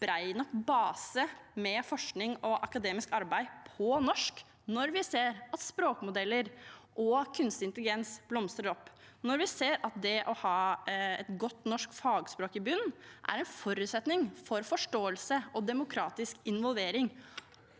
bred nok base med forskning og akademisk arbeid på norsk – når vi ser at språkmodeller og kunstig intelligens blomstrer opp, og når vi ser at det å ha et godt norsk fagspråk i bunn er en forutsetning for forståelse og demokratisk involvering